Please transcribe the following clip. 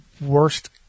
worst